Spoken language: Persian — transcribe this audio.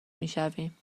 میشویم